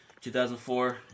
2004